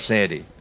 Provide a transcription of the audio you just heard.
Sandy